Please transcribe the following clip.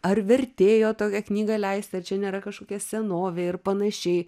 ar vertėjo tokią knygą leisti ar čia nėra kažkokia senovė ir panašiai